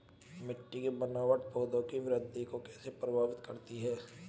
मिट्टी की बनावट पौधों की वृद्धि को कैसे प्रभावित करती है?